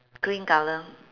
cream colour